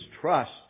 trust